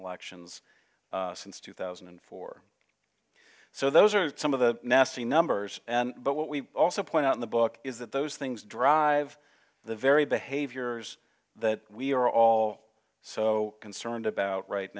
elections since two thousand and four so those are some of the nasty numbers but what we also point out in the book is that those things drive the very behavior that we are all so concerned about right